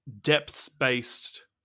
depths-based